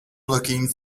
looking